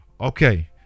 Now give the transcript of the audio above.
okay